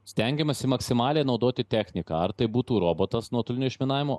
stengiamasi maksimaliai naudoti techniką ar tai būtų robotas nuotoliniu išminavimo